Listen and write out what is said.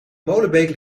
molenbeek